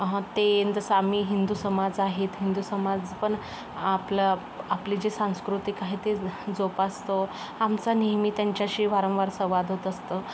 ते जसं आम्ही हिंदू समाज आहेत हिंदू समाज पण आपलं आपली जी सांस्कृतिक आहे ते जोपासतो आमचा नेहमी त्यांच्याशी वारंवार संवाद होत असतो